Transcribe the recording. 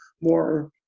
more